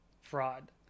fraud